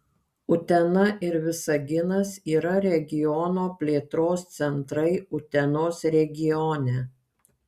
utena ir visaginas yra regiono plėtros centrai utenos regione